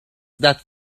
that